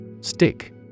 Stick